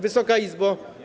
Wysoka Izbo!